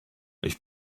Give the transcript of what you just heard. ich